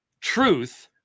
truth